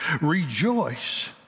Rejoice